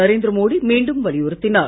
நரேந்திர மோடி மீண்டும் வலியுறுத்தினார்